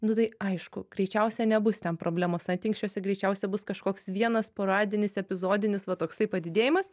nu tai aišku greičiausia nebus ten problemos antinksčiuose greičiausia bus kažkoks vienas poradinis epizodinis va toksai padidėjimas